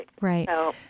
Right